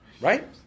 Right